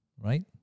Right